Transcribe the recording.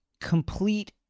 complete